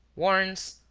warns,